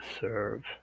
serve